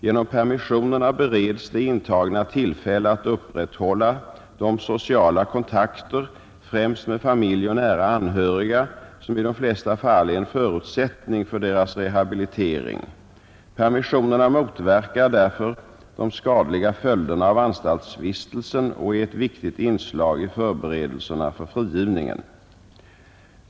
Genom permissionerna bereds de intagna tillfälle att upprätthålla de sociala kontakter, främst med familj och nära anhöriga, som i de flesta fall är en förutsättning för deras rehabilitering. Permissionerna motverkar därför de skadliga följderna av anstaltsvistelsen och är ett viktigt inslag i förberedelserna för frigivningen.